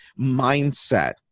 mindset